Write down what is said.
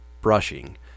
brushing